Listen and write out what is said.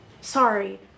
sorry